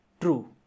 true